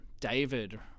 David